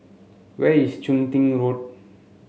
where is Chun Tin Road